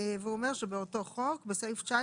והוא אומר שבאותו חוק - ׁ(19)